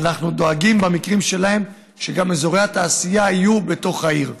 ואנחנו דואגים במקרים שלהם גם שאזורי התעשייה יהיו בתוך העיר.